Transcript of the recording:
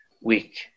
week